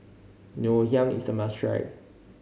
Ngoh Hiang is a must try